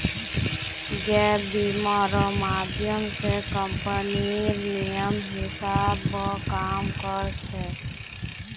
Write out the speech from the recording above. gap बीमा र माध्यम स कम्पनीर नियमेर हिसा ब काम कर छेक